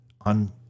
on